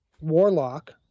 warlock